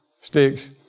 sticks